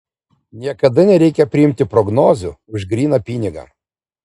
niekada nereikia priimti prognozių už gryną pinigą